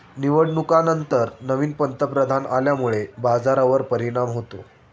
निवडणुकांनंतर नवीन पंतप्रधान आल्यामुळे बाजारावर परिणाम होतो